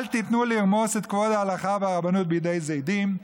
אל תיתנו לרמוס את כבוד ההלכה והרבנות בידי זדים,